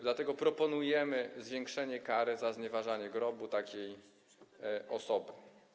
Dlatego proponujemy zwiększenie kary za znieważanie grobu takiej osoby.